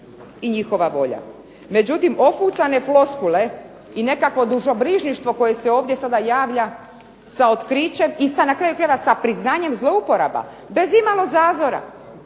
i njihova volja. Međutim ofucane floskule i nekakvo dušobrižništvo koje se ovdje sada javlja sa otkrićem i na kraju krajeva sa priznanjem zlouporabe bez imalo zazora,